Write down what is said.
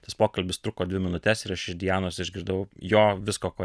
tas pokalbis truko dvi minutes ir aš iš dianos išgirdau jo visko ko